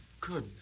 Good